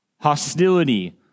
Hostility